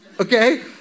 okay